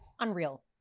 Unreal